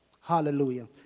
Hallelujah